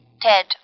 Ted